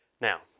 Now